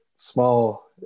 small